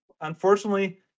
unfortunately